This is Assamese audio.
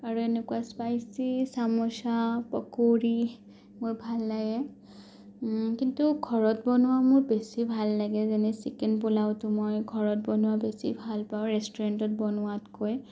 আৰু এনেকুৱা স্পাইচি চামুচা পকৰি মোৰ ভাল লাগে কিন্তু ঘৰত বনোৱা মোৰ বেছি ভাল লাগে যেনে চিকেন পোলাওটো মই ঘৰত বনোৱা বেছি ভাল পাওঁ ৰেষ্টুৰেণ্টত বনোৱাতকৈ